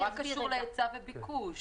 זה נורא קשור להיצע וביקוש.